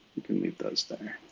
you can leave those there.